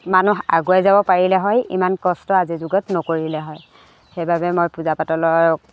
মানুহ আগুৱাই যাব পাৰিলে হয় ইমান কষ্ট আজিৰ যুগত নকৰিলে হয় সেইবাবে মই পূজা পাতলৰ